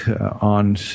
on